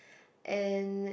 and